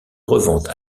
revente